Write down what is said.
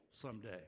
someday